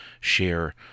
share